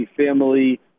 family